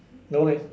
no leh